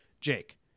Jake